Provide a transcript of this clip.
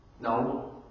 No